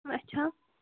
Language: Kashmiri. اچھا